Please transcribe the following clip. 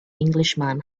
englishman